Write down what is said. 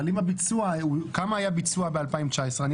כמה היה הביצוע ב-2019?